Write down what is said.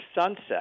sunset